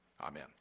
amen